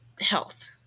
health